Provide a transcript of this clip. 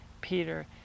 Peter